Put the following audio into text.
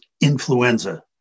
influenza